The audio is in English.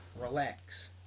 Relax